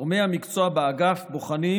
גורמי המקצוע באגף בוחנים,